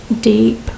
deep